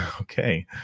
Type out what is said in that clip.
okay